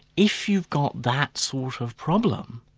if you've got that sort of problem,